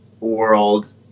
world